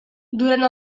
durant